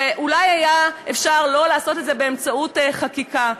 אולי היה אפשר לעשות את זה לא באמצעות חקיקה,